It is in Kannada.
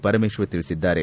ಪರಮೇಶ್ವರ್ ತಿಳಿಸಿದ್ದಾರೆ